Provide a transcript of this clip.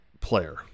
player